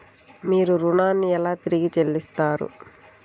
మీరు ఋణాన్ని ఎలా తిరిగి చెల్లిస్తారు?